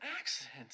accident